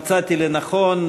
ומצאתי לנכון,